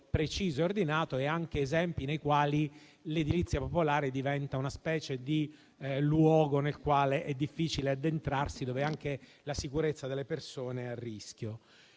preciso e ordinato, ma anche esempi nei quali l'edilizia popolare diventa una specie di luogo nel quale è difficile addentrarsi, dove anche la sicurezza delle persone è a rischio.